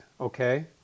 okay